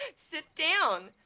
sit down